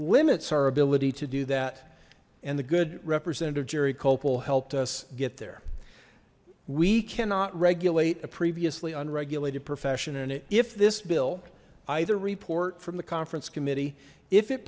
limits our ability to do that and the good representative gerry copal helped us get there we cannot regulate a previously unregulated profession and if this bill either report from the conference committee if it